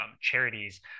charities